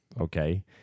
Okay